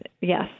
yes